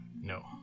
No